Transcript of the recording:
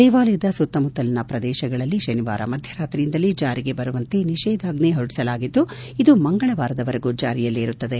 ದೇವಾಲಯದ ಸುತ್ತಮುತ್ತಲಿನ ಪ್ರದೇಶಗಳಲ್ಲಿ ಶನಿವಾರ ಮಧ್ಯರಾತ್ರಿಯಿಂದಲೇ ಜಾರಿಗೆ ಬರುವಂತೆ ನಿಷೇಧಾಜ್ಞೆ ಹೊರಡಿಸಲಾಗಿದ್ದು ಇದು ಮಂಗಳವಾರದವರೆಗೂ ಜಾರಿಯಲ್ಲಿರುತ್ತದೆ